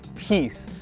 peace,